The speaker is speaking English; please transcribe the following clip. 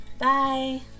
Bye